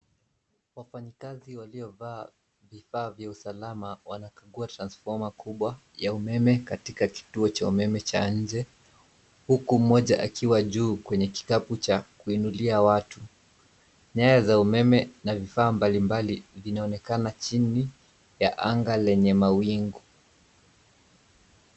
Wafanyakazi waliovaa vifaa vya usalama wanakagua transformer kubwa ya umeme katika kituo cha umeme cha nje huku moja akiwa juu kwenye kikapu cha kuinulia watu. Nyaya za umeme na vifaa mbalimbali vinaonekana chini ya anga lenye mawingu.